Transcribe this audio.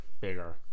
bigger